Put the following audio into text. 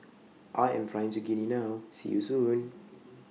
I Am Flying to Guinea now See YOU Soon